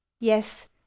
Yes